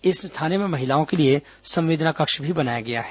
इस थाने में महिलाओं के लिए संवेदना कक्ष भी बनाया गया है